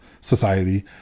society